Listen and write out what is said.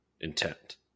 intent